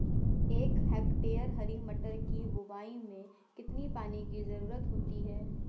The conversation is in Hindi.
एक हेक्टेयर हरी मटर की बुवाई में कितनी पानी की ज़रुरत होती है?